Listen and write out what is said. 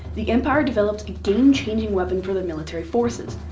the empire developed a game-changing weapon for their military forces.